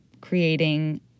creating